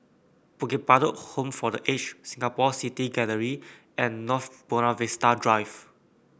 Bukit Batok Home for The Aged Singapore City Gallery and North Buona Vista Drive